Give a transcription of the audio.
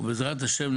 ובעזרת השם,